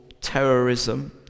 terrorism